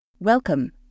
Welcome